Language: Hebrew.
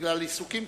בגלל עיסוקים,